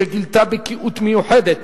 שגילתה בקיאות מיוחדת